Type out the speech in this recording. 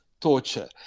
torture